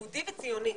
יהודי וציוני.